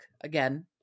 Again